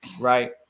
right